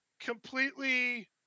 completely